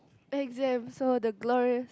exams so the glorious